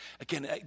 again